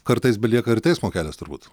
kartais belieka ir teismo kelias turbūt